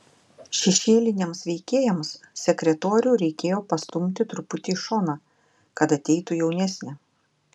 šešėliniams veikėjams sekretorių reikėjo pastumti truputį į šoną kad ateitų jaunesnė